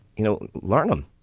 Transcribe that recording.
you know, learn them,